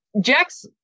Jack's